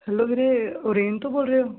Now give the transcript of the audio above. hello ਵੀਰੇ ਓਰੇਨ ਤੋਂ ਬੋਲ ਰੇ ਓ